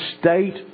state